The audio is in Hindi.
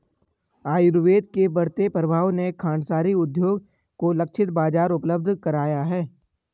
आयुर्वेद के बढ़ते प्रभाव ने खांडसारी उद्योग को लक्षित बाजार उपलब्ध कराया है